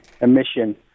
emission